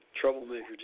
troublemaker